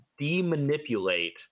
demanipulate